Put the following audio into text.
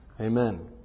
Amen